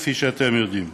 כפי שאתם יודעים.